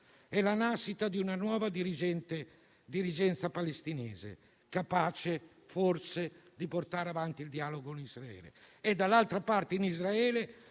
e la nascita di una nuova dirigenza palestinese, capace forse di portare avanti il dialogo in Israele. Dall'altra parte, in Israele,